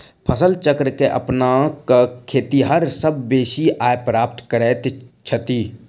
फसल चक्र के अपना क खेतिहर सभ बेसी आय प्राप्त करैत छथि